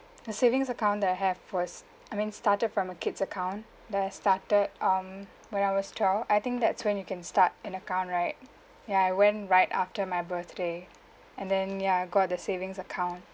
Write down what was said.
a savings account that I have was I mean started from a kids' account that I started um when I was twelve I think that's when you can start an account right ya I went right after my birthday and then ya I got the savings account